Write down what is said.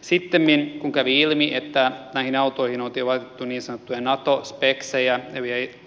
sittemmin kun kävi ilmi että näihin autoihin oltiin laitettu niin sanottuja nato speksejä